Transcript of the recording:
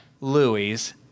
louis